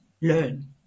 learn